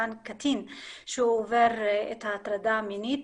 קטין שעובר הטרדה מינית,